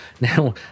Now